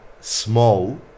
small